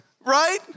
right